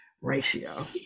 ratio